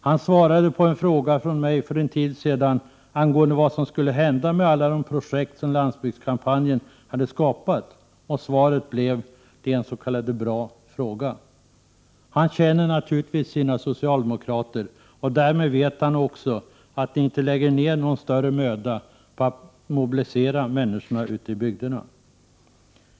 Han svarade på en fråga från mig för en tid sedan angående vad som skulle hända med alla de projekt som landsbygdskampanjen hade skapat. Svaret blev: Det är en s.k. bra fråga. Han känner naturligtvis sina socialdemokrater, och därmed vet han också att ni inte lägger ner någon större möda på att mobilisera människorna ute i bygderna.